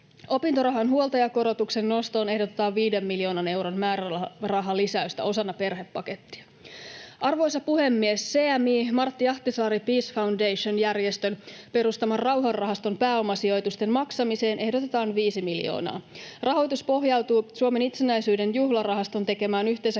Opintorahan huoltajakorotuksen nostoon ehdotetaan 5 miljoonan euron määrärahalisäystä osana perhepakettia. Arvoisa puhemies! CMI — Martti Ahtisaari Peace Foundation -järjestön perustaman Rauhanrahaston pääomasijoitusten maksamiseen ehdotetaan 5 miljoonaa euroa. Rahoitus pohjautuu Suomen itsenäisyyden juhlarahaston tekemään yhteensä